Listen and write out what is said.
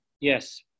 Yes